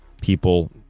people